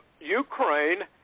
Ukraine